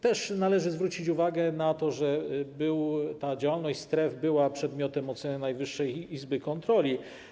Też należy zwrócić uwagę na to, że ta działalność stref była przedmiotem oceny Najwyższej Izby Kontroli.